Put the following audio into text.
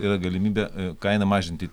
yra galimybė kainą mažinti